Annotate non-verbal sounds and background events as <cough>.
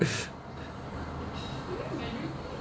<breath>